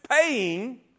paying